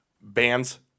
bands